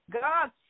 God